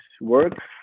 works